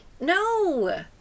No